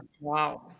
Wow